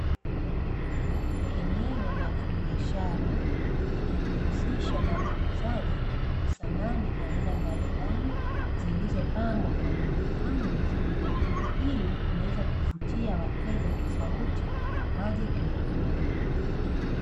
Eneo la kibiashara linajihusisha na uuzaji wa samani aina mbalimbali zilizopangwa kwa muonekano mzuri, ili kuweza kuvutia wateja tofauti waje kununua.